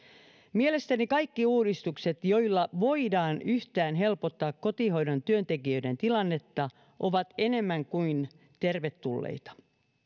mielestäni kaikki uudistukset joilla voidaan yhtään helpottaa kotihoidon työntekijöiden tilannetta ovat enemmän kuin tervetulleita